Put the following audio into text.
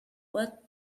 what